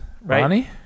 Ronnie